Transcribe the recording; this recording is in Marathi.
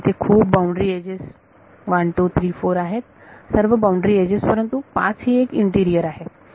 त्यामुळे इथे खूप बाउंड्री एजेस 1 2 3 आणि 4 आहेत सर्व बाउंड्री एजेस परंतु फक्त 5 ही इंटिरियर आहे